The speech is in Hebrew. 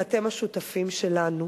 ואתם השותפים שלנו,